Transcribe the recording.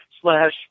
slash